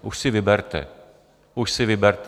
Už si vyberte, už si vyberte.